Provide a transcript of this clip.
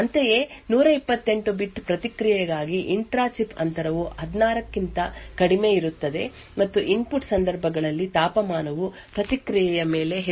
ಅಂತೆಯೇ 128 ಬಿಟ್ ಪ್ರತಿಕ್ರಿಯೆಗಾಗಿ intra chip ಅಂತರವು 16 ಕ್ಕಿಂತ ಕಡಿಮೆಯಿರುತ್ತದೆ ಮತ್ತು ಇನ್ಪುಟ್ ಸಂದರ್ಭಗಳಲ್ಲಿ ತಾಪಮಾನವು ಪ್ರತಿಕ್ರಿಯೆಯ ಮೇಲೆ ಹೆಚ್ಚು ಪರಿಣಾಮ ಬೀರುವುದಿಲ್ಲ